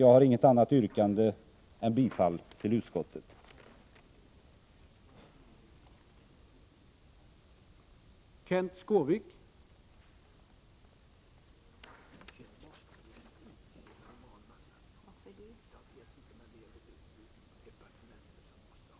Jag har inget annat yrkande än om bifall till utskottets hemställan.